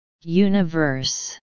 universe